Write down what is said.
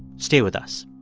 stay with us